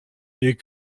est